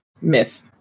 myth